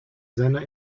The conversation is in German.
seiner